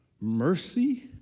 mercy